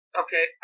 okay